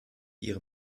ihre